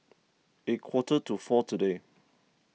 a quarter to four today